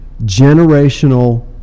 generational